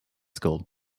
school